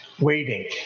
waiting